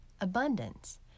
abundance